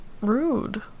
Rude